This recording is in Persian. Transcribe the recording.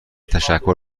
تشکر